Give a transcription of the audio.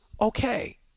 okay